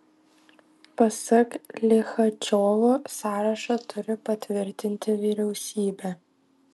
pasak lichačiovo sąrašą turi patvirtinti vyriausybė